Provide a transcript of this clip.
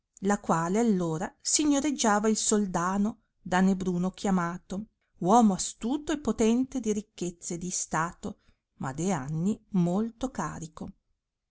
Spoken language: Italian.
la quale allora signoreggiava il soldano danebruno chiamato uomo astuto e potente di ricchezze e di stato ma de anni molto carico